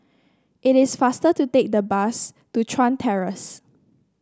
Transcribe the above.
it is faster to take the bus to Chuan Terrace